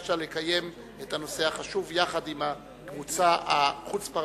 וביקשת לקיים את הנושא החשוב יחד עם הקבוצה החוץ-פרלמנטרית,